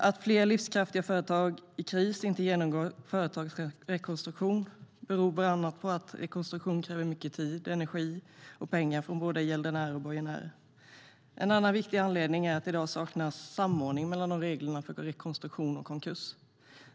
Att fler livskraftiga företag i kris inte genomgår en företagsrekonstruktion beror bland annat på att en rekonstruktion kräver mycket tid, energi och pengar från både gäldenärer och borgenärer. En annan viktig anledning är att det i dag saknas samordning mellan reglerna för rekonstruktion och konkurs.